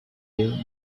you